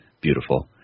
beautiful